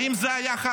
האם זה היחס?